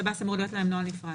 שב"ס, אמור להיות להם נוהל נפרד.